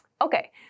Okay